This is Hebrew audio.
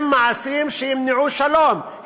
הם מעשים שימנעו שלום,